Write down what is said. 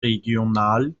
regionalliga